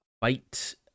fight